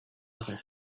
other